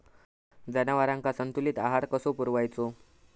जनावरांका संतुलित आहार कसो पुरवायचो?